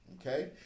Okay